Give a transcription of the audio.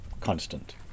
constant